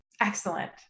excellent